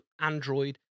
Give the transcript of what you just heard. Android